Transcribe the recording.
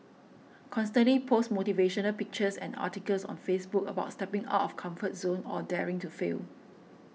constantly post motivational pictures and articles on Facebook about stepping out of comfort zone or daring to fail